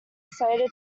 slated